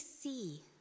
see